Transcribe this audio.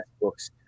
books